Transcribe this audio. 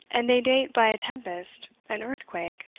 and they date by a tempest, an earthquake,